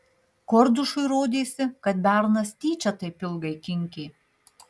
kordušui rodėsi kad bernas tyčia taip ilgai kinkė